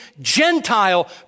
Gentile